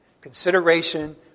consideration